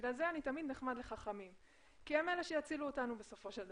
בגלל זה אני תמיד נחמד לחכמים כי הם אלה שיצילו אותנו בסופו של דבר.